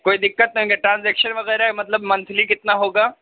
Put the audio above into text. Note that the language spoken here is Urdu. کوئی دقت نہیں ٹرانزیکشن وغیرہ مطلب منتھلی کتنا ہوگا